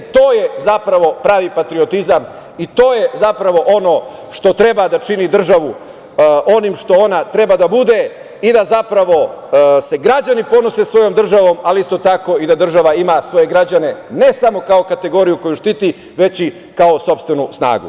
To je zapravo pravi patriotizam i to je zapravo ono što treba da čini državu onim što ona treba da bude i da se građani ponose sa svojom državom, a isto tako i da država ima svoje građane, ne samo kao kategoriju koju štiti, već i kao sopstvenu snagu.